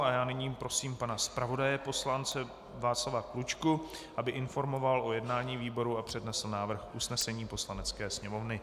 A já nyní prosím pana zpravodaje poslance Václava Klučku, aby informoval o jednání výboru a přednesl návrh usnesení Poslanecké sněmovny.